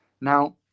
Now